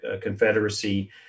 Confederacy